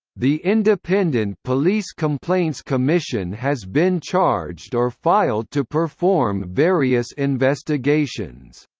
the independent police complaints commission has been charged or filed to perform various investigations.